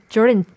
Jordan